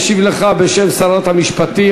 ישיב לך, בשם שרת המשפטים,